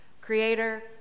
Creator